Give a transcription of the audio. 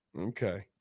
Okay